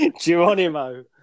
Geronimo